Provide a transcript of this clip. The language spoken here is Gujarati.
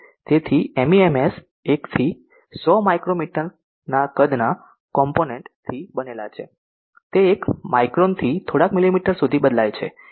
તેથી એમઇએમએસ 1 થી 100 માઇક્રો મીટરના કદના કોમ્પોનેન્ટ થી બનેલા છે જે એક માઇક્રોન થી થોડાક મિલીમીટર સુધી બદલાય છે